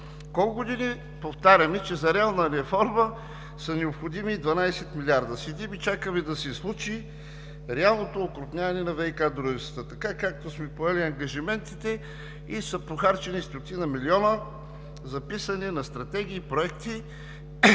Колко години повтаряме, че за реална реформа са необходими 12 милиарда? Седим и чакаме да се случи реалното окрупняване на ВиК дружествата – така, както сме поели ангажиментите и са похарчени стотина милиона за писане на стратегии и проекти,